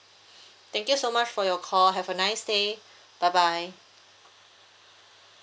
thank you so much for your call have a nice day bye bye